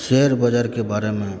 share बजारके बारेमे